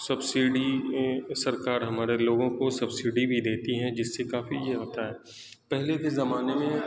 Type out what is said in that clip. subsidy سرکار ہمارے لوگوں کو سبسڈی بھی دیتی ہیں جس سے کافی یہ ہوتا ہے پہلے کے زمانے میں